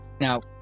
Now